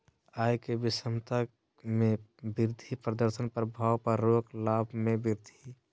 आय के विषमता में वृद्धि प्रदर्शन प्रभाव पर रोक लाभ में वृद्धि